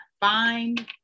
Find